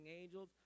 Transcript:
angels